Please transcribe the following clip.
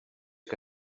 que